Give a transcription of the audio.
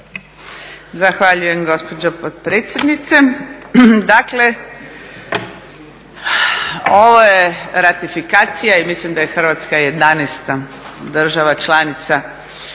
Zahvaljujem gospođo potpredsjednice. Dakle, ovo je ratifikacija i mislim da je Hrvatska jedanaesta država članica